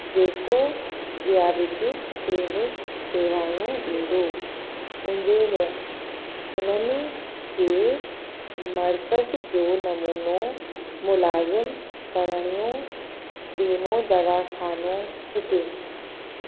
जेको diabetes clinic शेवाऊं ॾींदो उनजे इहे उन्हनि जे मर्कज़ जो नमूनो मुलाज़िम परणियूं बीमो दवाख़ानो हुजे